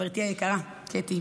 חברתי היקרה קטי,